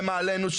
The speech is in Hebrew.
הם מעלינו,